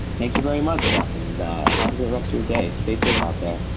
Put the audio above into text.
thank you very much, jeff, and have a great rest of your day. stay safe out there.